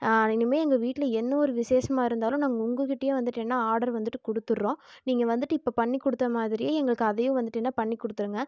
இனிமேல் எங்கள் வீட்டில என்ன ஒரு விசேஷமாக இருந்தாலும் நாங்கள் உங்கள் கிட்டயே வேணுனா வந்துட்டு ஆர்டர் வந்துட்டு கொடுத்துடுறோம் நீங்கள் வந்துட்டு இப்போ பண்ணி கொடுத்த மாதிரியே எங்களுக்கு அதையும் வந்துட்டு பண்ணி கொடுத்துடுங்க